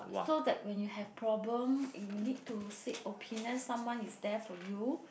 so that when you have problem you need to seek opinion someone is there for you